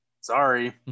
Sorry